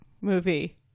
movie